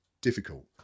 difficult